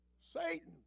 Satan